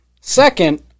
second